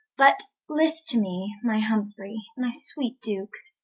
but list to me my humfrey, my sweete duke